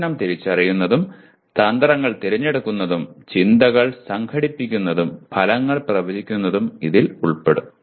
പ്രശ്നം തിരിച്ചറിയുന്നതും തന്ത്രങ്ങൾ തിരഞ്ഞെടുക്കുന്നതും ചിന്തകൾ സംഘടിപ്പിക്കുന്നതും ഫലങ്ങൾ പ്രവചിക്കുന്നതും അതിൽ ഉൾപ്പെടും